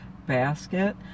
Basket